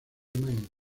man